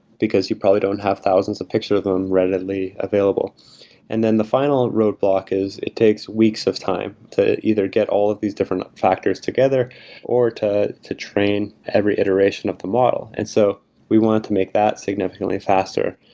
because you probably don't have thousands of pictures that are readily available and then the final roadblock is it takes weeks of time to either get all of these different factors together or to to train every iteration of the model. and so we wanted to make that significantly faster.